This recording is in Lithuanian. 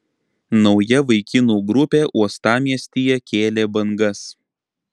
nauja vaikinų grupė uostamiestyje kėlė bangas